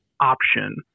option